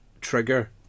trigger